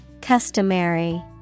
Customary